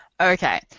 Okay